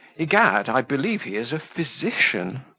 egad! i believe he is a physician.